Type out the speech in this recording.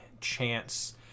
chance